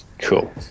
Cool